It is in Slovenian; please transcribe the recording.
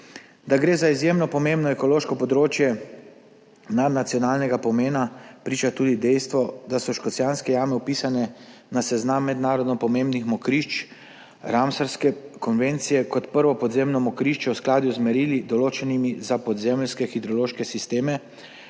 Da gre za izjemno pomembno ekološko področje nadnacionalnega pomena, priča tudi dejstvo, da so Škocjanske jame vpisane na seznam mednarodno pomembnih mokrišč Ramsarske konvencije kot prvo podzemno mokrišče v skladu z merili, določenimi za podzemeljske hidrološke sisteme